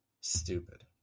stupid